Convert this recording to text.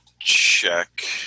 check